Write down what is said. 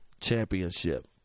championship